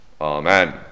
Amen